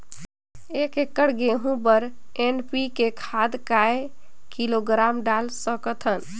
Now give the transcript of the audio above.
एक एकड़ गहूं बर एन.पी.के खाद काय किलोग्राम डाल सकथन?